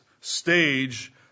stage